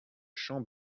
champ